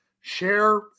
share